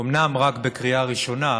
אומנם רק בקריאה ראשונה,